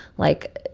like,